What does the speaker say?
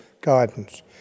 guidance